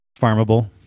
farmable